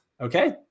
Okay